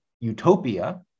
utopia